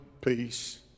peace